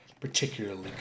particularly